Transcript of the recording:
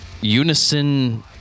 unison